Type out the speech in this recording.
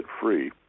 free